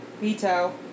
veto